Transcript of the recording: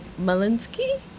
Malinsky